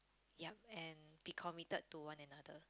yeap and be committed to one another